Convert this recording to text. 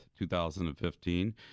2015